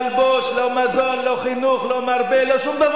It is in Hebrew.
אבל